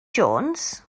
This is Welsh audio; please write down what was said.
jones